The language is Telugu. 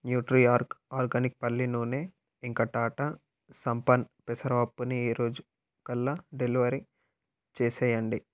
న్యూట్రీ ఆర్గ్ ఆర్గానిక్ పల్లీ నూనె ఇంకా టాటా సంపాన్న్ పెసరపప్పుని ఈరోజు కల్లా డెలివరీ చేసెయ్యండి